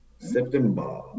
September